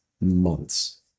months